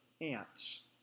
ants